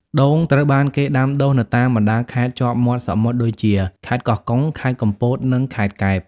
ដូងត្រូវបានគេដាំដុះនៅតាមបណ្តាខេត្តជាប់មាត់សមុទ្រដូចជា ខេត្តកោះកុង ខេត្តកំពត និង ខេត្តកែប។